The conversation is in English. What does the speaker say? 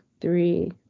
three